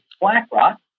BlackRock